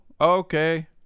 Okay